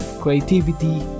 creativity